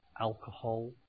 alcohol